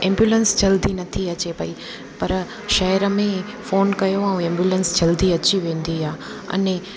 ambulance जल्दी नथी अचे पेई पर शहर में फ़ोन कयो ऐं एम्बयुलंस जल्दी अची वेंदी आहे अने